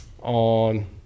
on